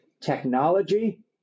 technology